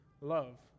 love